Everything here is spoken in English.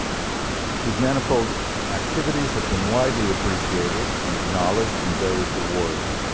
his manifold activities have been widely appreciated and acknowledged in various awards,